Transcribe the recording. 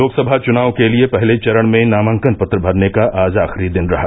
लोकसभा चुनाव के लिए पहले चरण में नामांकन पत्र भरने का आज आखिरी दिन रहा